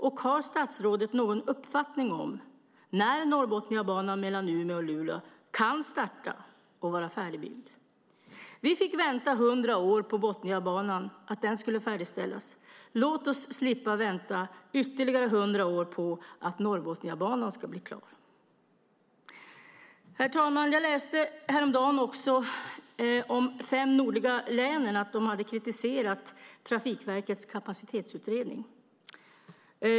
Och har statsrådet någon uppfattning om när bygget av Norrbotniabanan mellan Umeå och Luleå kan starta och vara färdigt? Vi fick vänta i 100 år på att Botniabanan skulle färdigställas. Låt oss slippa vänta ytterligare 100 år på att Norrbotniabanan ska bli klar! Herr talman! Jag läste häromdagen att de fem nordliga länen hade kritiserat Trafikverkets kapacitetsutredning.